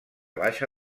baixa